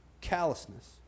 callousness